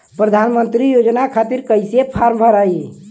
प्रधानमंत्री योजना खातिर कैसे फार्म भराई?